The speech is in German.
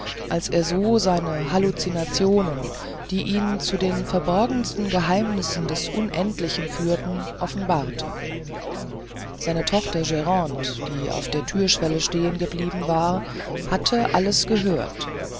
als er so seine hallucinationen die ihn zu den verborgensten geheimnissen des unendlichen führten offenbarte seine tochter grande die auf der thürschwelle stehen geblieben war hatte alles gehört